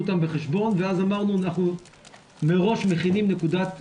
אותם בחשבון ואז אמרנו שאנחנו מראש מכינים נקודת